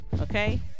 Okay